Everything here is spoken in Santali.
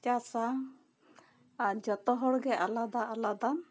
ᱪᱟᱥᱟ ᱟᱨ ᱡᱚᱛᱚ ᱦᱚᱲ ᱜᱮ ᱟᱞᱟᱫᱟ ᱟᱞᱟᱫᱟ